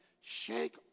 shake